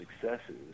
successes